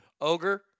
Ogre